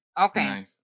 Okay